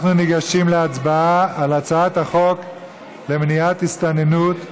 אנחנו ניגשים להצבעה על הצעת החוק למניעת הסתננות.